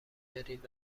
برید